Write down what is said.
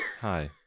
Hi